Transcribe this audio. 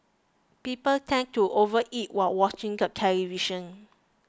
people tend to overeat while watching the television